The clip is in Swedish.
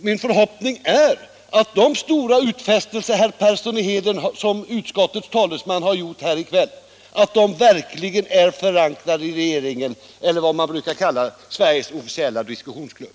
Min förhoppning är emellertid att de stora utfästelser som herr Persson i Heden såsom utskottets talesman gjort här i kväll verkligen är förankrade i regeringen, eller vad man brukar kalla Sveriges officiella diskussionsklubb.